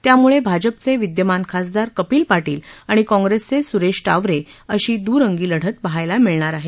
त्याम्ळे भाजपचे विद्यमान खासदार कपिल पाटील आणि काँग्रेसचे सुरेश टावरे अशी दरंगी लढत याठिकाणी पहायला मिळणार आहे